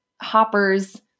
Hopper's